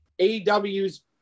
AEW's